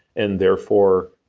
and therefore,